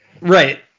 Right